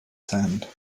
sand